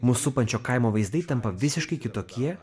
mus supančio kaimo vaizdai tampa visiškai kitokie